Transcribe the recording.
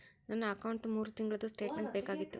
ನನ್ನ ಅಕೌಂಟ್ದು ಮೂರು ತಿಂಗಳದು ಸ್ಟೇಟ್ಮೆಂಟ್ ಬೇಕಾಗಿತ್ತು?